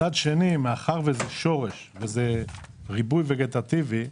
מצד שני, מאחר שזה שורש, וזה ריבוי וגטטיבי,